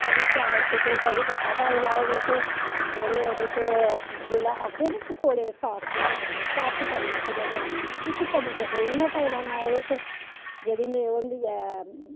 कड़ी चावल च केह् कढ़ी पत्ता पाई लैओ बिच्च थोह्ड़े ओह्दे च जेल्लै आखदे निं पकौड़े साफ्ट होने चाहिदे साफ्ट करने आस्तै केह् करना इक चम्मच देहीं दा पाई लैना ओह्दे च जेह्ड़ी होंदी ऐ